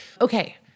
Okay